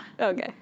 Okay